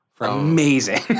Amazing